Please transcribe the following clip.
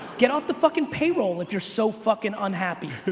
get off the fuckin' payroll if you're so fucking unhappy.